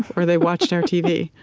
or they watched our tv?